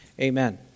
Amen